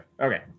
Okay